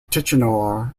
tichenor